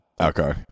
Okay